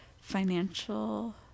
financial